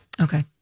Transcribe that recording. Okay